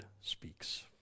speaks